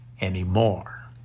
anymore